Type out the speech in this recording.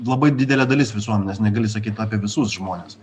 labai didelė dalis visuomenės negali sakyt apie visus žmones